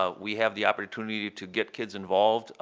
ah we have the opportunity to get kids involved.